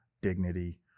dignity